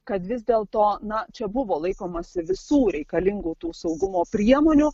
kad vis dėl to na čia buvo laikomasi visų reikalingų tų saugumo priemonių